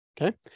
Okay